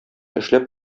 эшләп